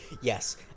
Yes